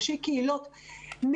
ראשי קהילות,